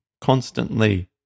constantly